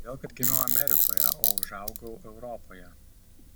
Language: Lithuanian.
todėl kad gimiau amerikoje o užaugau europoje